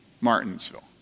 Martinsville